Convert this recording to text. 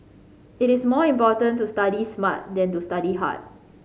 it is more important to study smart than to study hard